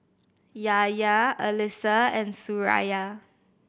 Yahya Alyssa and Suraya